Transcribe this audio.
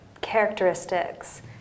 characteristics